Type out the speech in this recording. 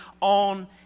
on